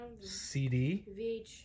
CD